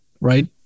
right